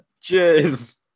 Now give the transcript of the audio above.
Cheers